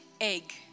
egg